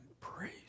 praise